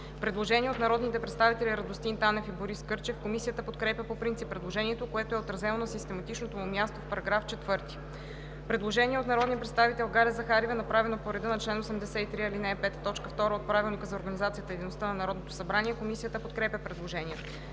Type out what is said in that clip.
Предложение от народните представители Радостин Танев и Борис Кърчев. Комисията подкрепя по принцип предложението, което е отразено на систематичното му място в § 4. Предложение от народния представител Галя Захариева, направено по реда на чл. 83, ал. 5, т. 2 от Правилника за организацията и дейността